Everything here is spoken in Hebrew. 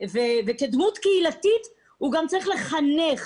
כדמות קהילתית הוא גם צריך לחנך,